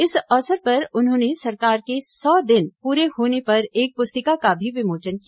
इस अवसर पर उन्होंने सरकार के सौ दिन पूरे होने पर एक पुस्तिका का भी विमोचन किया